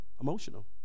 emotional